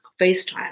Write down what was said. FaceTime